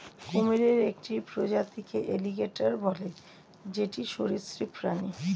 কুমিরের একটি প্রজাতিকে এলিগেটের বলে যেটি সরীসৃপ প্রাণী